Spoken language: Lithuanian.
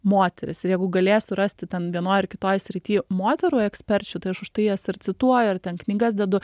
moteris ir jeigu galės surasti ten vienoj ar kitoj srity moterų eksperčių tai aš už tai jas ir cituoju ar ten knygas dedu